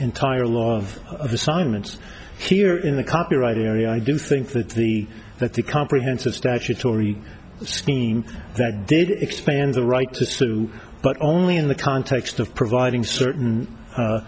entire law of assignments here in the copyright area i do think that the that the comprehensive statutory scheme that did expand the right to sue but only in the context of providing certain